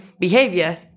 behavior